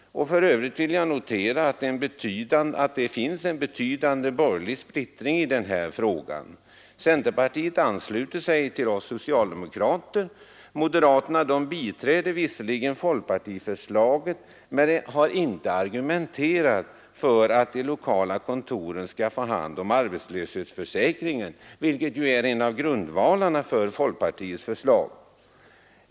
För övrigt kan det noteras en betydande borgerlig splittring i den frågan. Centerpartiet ansluter sig till oss socialdemokrater, moderaterna biträder visserligen folkpartiförslaget men har inte argumenterat för att de lokala kontoren skall få hand om arbetslöshetsförsäkringen, vilket är en av grundvalarna för folkpartiets förslag.